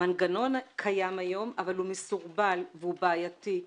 המנגנון קיים היום, אבל הוא מסורבל והוא בעייתי.